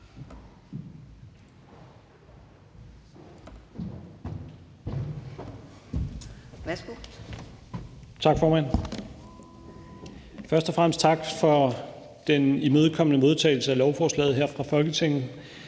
for den imødekommende modtagelse af lovforslaget her. Indledningsvis